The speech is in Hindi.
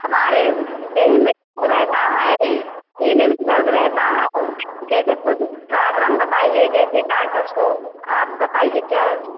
हमारे देह में दर्द रहता है सीने में दर्द रहता है जैसे कुछ प्रॉब्लम बताइए जैसे डाक्टर को आप बताइए क्या